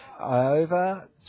over